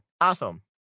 Awesome